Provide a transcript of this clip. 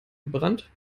verbrannt